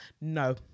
No